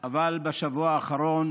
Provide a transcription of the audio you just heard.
אבל בשבוע האחרון